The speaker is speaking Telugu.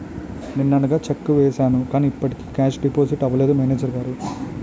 నిన్ననగా చెక్కు వేసాను కానీ ఇప్పటికి కేషు డిపాజిట్ అవలేదు మేనేజరు గారు